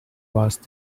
watched